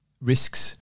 risks